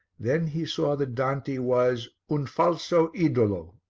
then he saw that dante was un falso idolo.